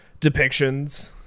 depictions